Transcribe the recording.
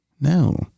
no